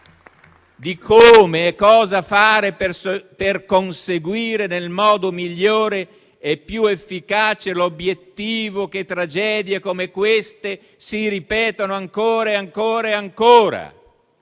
Colleghi, cosa fare per conseguire nel modo migliore e più efficace l'obiettivo che tragedie come questa non si ripetano ancora e ancora?